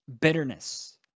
Bitterness